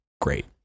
great